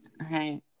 Right